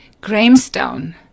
Grahamstown